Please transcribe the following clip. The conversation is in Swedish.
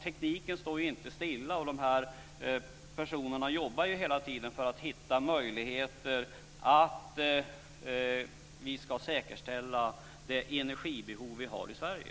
Tekniken står ju inte stilla, och de här personerna jobbar ju hela tiden för att hitta möjligheter att säkerställa det energibehov vi har i Sverige.